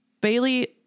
Bailey